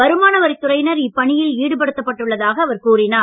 வருமானவரித் துறையினர் இப்பணியில் ஈடுபடுத்தப்பட்டுள்ளதாக அவர் கூறினார்